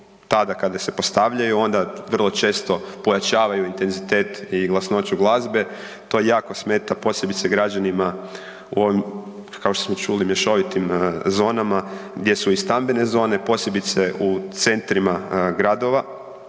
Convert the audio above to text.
tada kada se postavljaju onda vrlo često pojačavaju intenzitet i glasnoću glazbe. To jako smeta posebice građanima u ovim kao što smo čuli mješovitim zonama gdje su i stambene zone, posebice u centrima gradova.